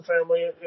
family